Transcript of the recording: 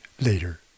later